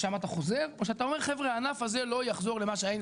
לשם אתה חוזר או שאתה אומר 'חבר'ה הענף הזה לא יחזור למה שהיה'.